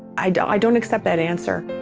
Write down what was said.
i don't i don't accept that answer.